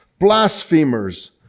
blasphemers